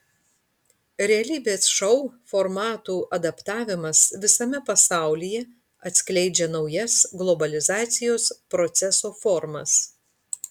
realybės šou formatų adaptavimas visame pasaulyje atskleidžia naujas globalizacijos proceso formas